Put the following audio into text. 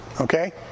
Okay